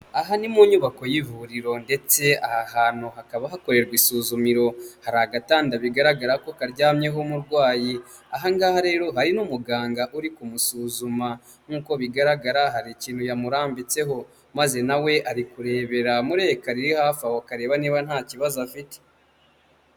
Aha ni mu nyubako y'ivuriro. Ndetse aha hantu hakaba hakorerwa isuzumiro. Hari agatanda bigaragara ko karyamyeho umurwayi. Aha ngaha rero hari n'umuganga urikumusuzuma. Nk'uko bigaragara hari ikintu yamurambitseho. Maze na we arikurebera muri ekara iri hafi aho, akareba niba nta kibazo afite.